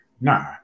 Nah